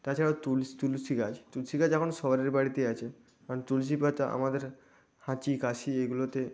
তাছাড়াও তুলস তুলসী গাছ তুলসী গাছ এখন সবারির বাড়িতেই আছে কারণ তুলসী পাতা আমাদের হাঁচি কাশি এগুলোতে